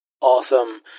Awesome